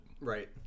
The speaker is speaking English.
Right